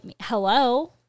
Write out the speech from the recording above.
hello